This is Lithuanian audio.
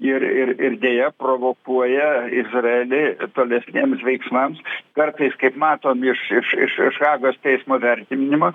ir ir ir deja provokuoja izraelį tolesniems veiksmams kartais kaip matom iš iš iš iš hagos teismo vertinimo